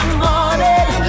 morning